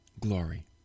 Glory